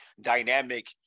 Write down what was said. dynamic